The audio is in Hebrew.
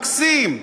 מקסים.